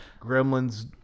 Gremlins